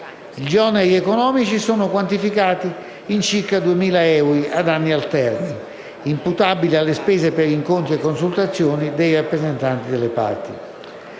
oneri economici sono quantificati in circa 2.000 euro, ad anni alterni, imputabili alle spese per incontri e consultazioni dei rappresentanti delle parti.